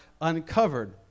uncovered